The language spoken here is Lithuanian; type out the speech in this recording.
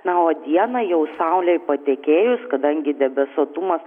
na o dieną jau saulei patekėjus kadangi debesuotumas